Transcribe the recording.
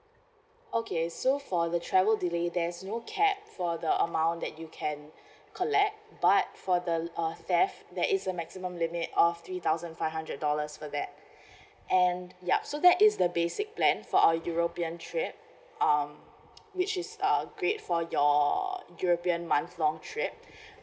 okay so for the travel delay there is no cap for the amount that you can collect but for the uh theft there is a maximum limit of three thousand five hundred dollars for that and yup so that is the basic plan for our european trip um which is uh great for your european month long trip